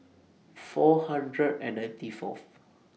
four hundred and ninety Fourth